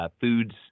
foods